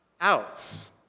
outs